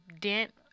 dent